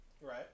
right